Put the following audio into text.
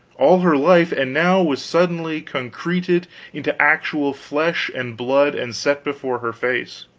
all her life, and now was suddenly concreted into actual flesh and blood and set before her face.